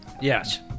Yes